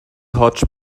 hotch